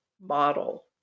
model